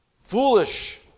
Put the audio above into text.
Foolish